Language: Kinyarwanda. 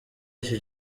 iki